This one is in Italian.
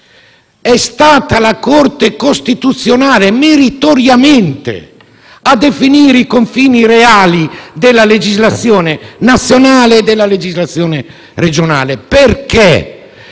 è stata la Corte costituzionale, meritoriamente, a definire i confini reali della legislazione nazionale e della legislazione regionale. Questo